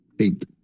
eight